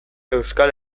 euskal